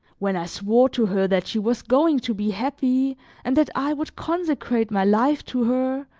when i swore to her that she was going to be happy and that i would consecrate my life to her,